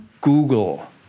Google